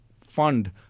fund